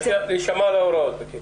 להישמע להוראות.